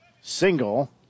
single